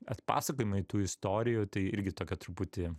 atpasakojimai tų istorijų tai irgi tokio truputį